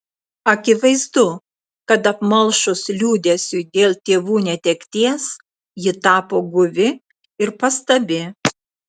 akivaizdu kad apmalšus liūdesiui dėl tėvų netekties ji tapo guvi ir pastabi